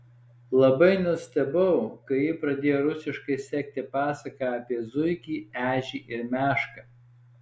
labai nustebau kai ji pradėjo rusiškai sekti pasaką apie zuikį ežį ir mešką